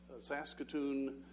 Saskatoon